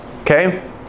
Okay